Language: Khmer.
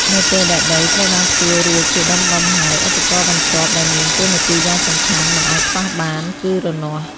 នៅពេលដែលដីត្រូវបានភ្ជួររួចជាដុំៗហើយ ឧបករណ៍បន្ទាប់ដែលមានតួនាទីយ៉ាងសំខាន់មិនអាចខ្វះបានគឺរនាស់។